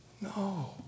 no